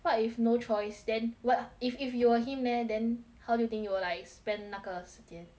what if no choice then what if if you were him leh then how do you think you will like spend 那个时间